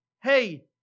hey